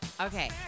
Okay